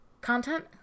content